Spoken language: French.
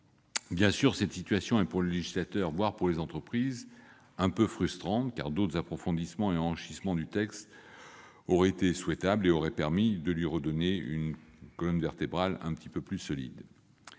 une telle situation est, pour le législateur, voire pour les entreprises, un peu frustrante, car d'autres approfondissements et enrichissements du texte auraient été souhaitables et auraient permis de lui redonner une colonne vertébrale. Même si